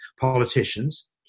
politicians